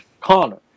Connor